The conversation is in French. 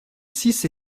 six